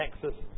Texas